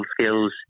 skills